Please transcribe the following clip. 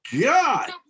god